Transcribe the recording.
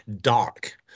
dark